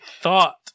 thought